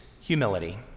humility